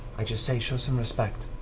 i just say, show some respect.